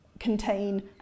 contain